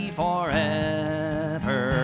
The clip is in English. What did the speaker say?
forever